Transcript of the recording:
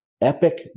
Epic